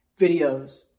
videos